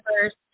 first